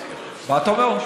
מה אתה אומר?